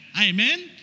Amen